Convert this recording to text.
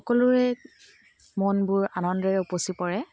সকলোৰে মনবোৰ আনন্দৰে উপচি পৰে